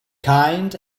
kind